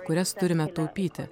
kurias turime taupyti